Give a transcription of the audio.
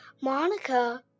Monica